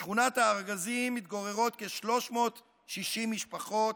בשכונת הארגזים מתגוררות כ-360 משפחות,